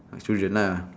children lah